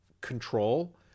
control